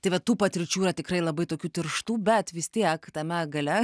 tai va tų patirčių yra tikrai labai tokių tirštų bet vis tiek tame gale